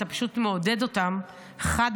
אתה פשוט מעודד אותם חד-משמעית,